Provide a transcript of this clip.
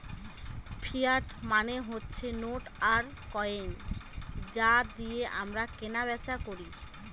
fiat মানে হচ্ছে note আর কয়েন যা দিয়ে আমরা কেনা বেচা করি